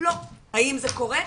לא, האם זה קורה?